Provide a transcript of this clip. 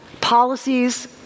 policies